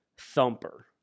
thumper